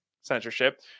censorship